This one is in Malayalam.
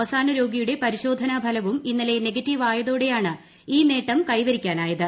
അവസാന രോഗിയുടെ പരിശോധനാ ഫലവും ഇന്നലെ നെഗറ്റീവാ യതോടെയാണ് ഈ നേട്ടം കൈവരിക്കാനായത്